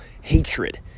hatred